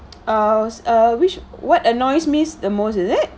uh uh which what annoys me the most is it